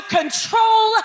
control